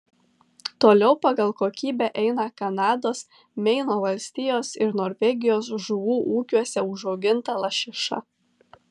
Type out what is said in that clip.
toliau pagal kokybę eina kanados meino valstijos ir norvegijos žuvų ūkiuose užauginta lašiša